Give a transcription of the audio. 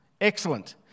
Excellent